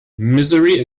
misery